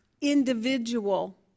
individual